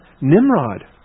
Nimrod